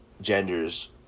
genders